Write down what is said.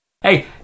Hey